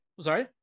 Sorry